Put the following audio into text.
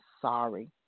sorry